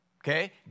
Okay